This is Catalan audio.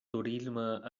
turisme